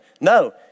No